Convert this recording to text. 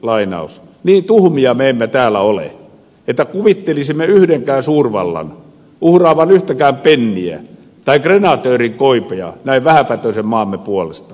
niin tuhmia me emme täällä ole että kuvittelisimme yhdenkään suurvallan uhraavan yhtäkään penniä tai yhdenkään krenatöörin koipea näin vähäpätöisen maamme puolesta